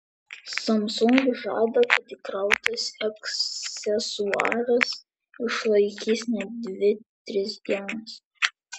samsung žada kad įkrautas aksesuaras išlaikys net dvi tris dienas